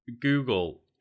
Google